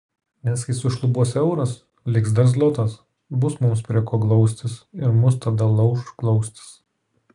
nes kai sušlubuos euras liks dar zlotas bus mums prie ko glaustis ir mus tada lauš glaustis